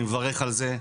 אני מברך על זה.